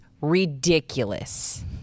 ridiculous